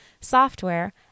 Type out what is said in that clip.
software